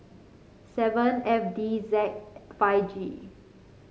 seven F D Z five G